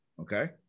Okay